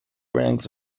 ranks